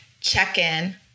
check-in